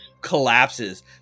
collapses